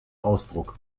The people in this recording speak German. ausdruck